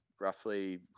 roughly